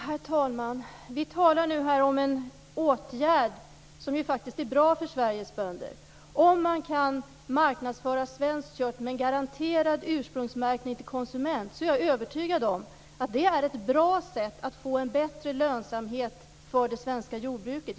Herr taman! Vi talar nu om en åtgärd som faktiskt är bra för Sveriges bönder. Om man kan marknadsföra svenskt kött med en garanterad ursprungsmärkning hos konsument, är jag övertygad om att det är ett bra sätt att få en bättre lönsamhet för det svenska jordbruket.